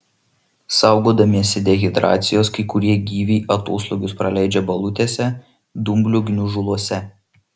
saugodamiesi dehidracijos kai kurie gyviai atoslūgius praleidžia balutėse dumblių gniužuluose